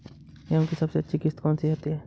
गेहूँ की सबसे अच्छी किश्त कौन सी होती है?